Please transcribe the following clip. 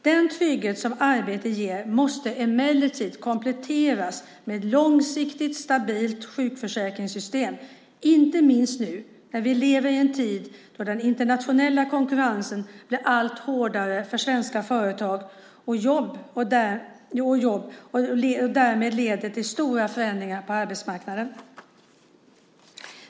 Den trygghet som arbete ger måste emellertid kompletteras med ett långsiktigt, stabilt sjukförsäkringssystem, inte minst nu när vi lever i en tid då den internationella konkurrensen blir allt hårdare för svenska företag och jobb och därmed leder till stora förändringar på arbetsmarknaden.